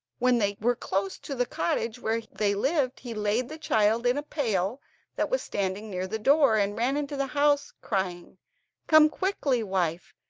when they were close to the cottage where they lived he laid the child in a pail that was standing near the door, and ran into the house, crying come quickly, wife,